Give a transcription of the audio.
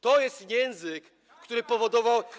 To jest język, który powodował.